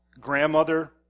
grandmother